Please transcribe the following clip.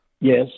Yes